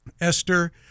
Esther